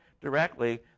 directly